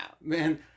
Man